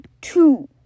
two